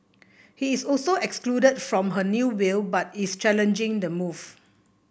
he is also excluded from her new will but is challenging the move